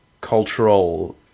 cultural